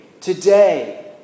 today